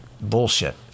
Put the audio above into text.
bullshit